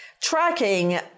Tracking